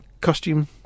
costume